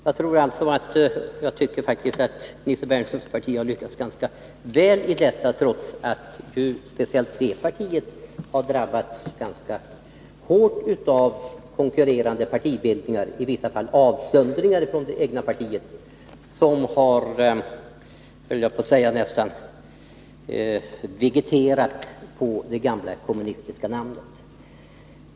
Jag tycker faktiskt att Nils Berndtsons parti har lyckats ganska väl med den uppgiften, trots att speciellt det partiet drabbats ganska hårt av konkurrerande partibildningar, i vissa fall avsöndringar från det egna partiet, som nästan har vegeterat på det gamla kommunistiska namnet.